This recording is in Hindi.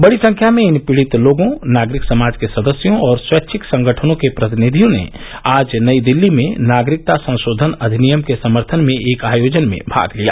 बड़ी संख्या में इन पीड़ित लोगों नागरिक समाज के सदस्यों और स्वैच्छिक संगठनों के प्रतिनिधियों ने आज नई दिल्ली में नागरिकता संशोधन अधिनियम के समर्थन में एक आयोजन में भाग लिया